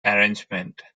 arrangement